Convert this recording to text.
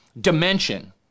dimension